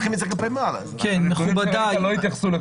מכובדיי.